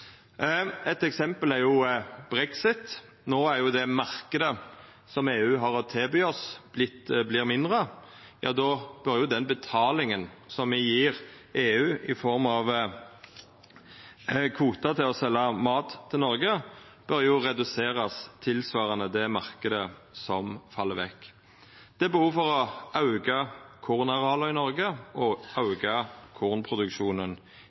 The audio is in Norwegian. Eit eksempel er jo brexit – når den marknaden som EU har å tilby oss, vert mindre, bør det me betalar til EU i form av kvotar til å selja mat til Noreg, verta redusert tilsvarande den markanden som fell vekk. Det er behov for å auka kornareala i Noreg, og det er behov for å auka kornproduksjonen